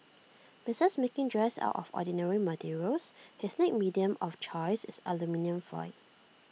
besides making dresses out of ordinary materials his next medium of choice is aluminium foil